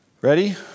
Ready